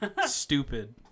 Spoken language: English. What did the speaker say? Stupid